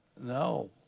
No